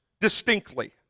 Distinctly